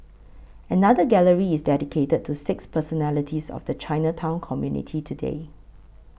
another gallery is dedicated to six personalities of the Chinatown community today